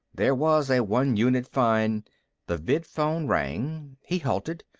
there was a one unit fine the vidphone rang. he halted.